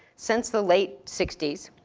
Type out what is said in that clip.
since the late sixty s?